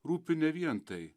rūpi ne vien tai